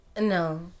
no